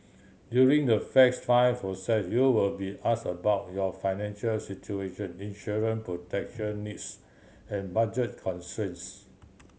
during the fact find process you will be asked about your financial situation insurance protection needs and budget constraints